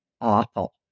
awful